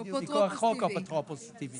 כל הורה הוא מכוח חוק אפוטרופוס טבעי.